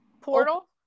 portal